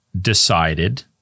decided